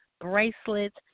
bracelets